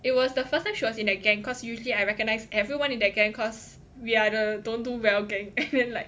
it was the first time she was in that gang cause usually I recognize everyone in that gang cause we are the don't do well gang and then like